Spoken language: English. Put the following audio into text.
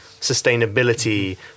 sustainability